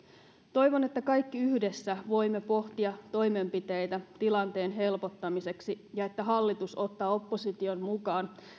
toivon että kaikki yhdessä voimme pohtia toimenpiteitä tilanteen helpottamiseksi ja että hallitus ottaa opposition mukaan